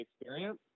experience